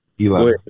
Eli